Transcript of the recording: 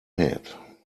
head